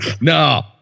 No